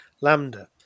Lambda